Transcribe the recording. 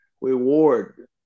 reward